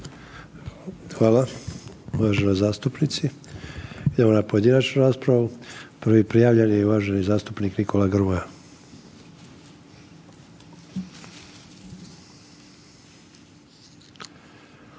Hvala uvaženoj zastupnici. Idemo na pojedinačnu raspravu. Prvi prijavljen je uvaženi zastupnik Nikola Grmoja.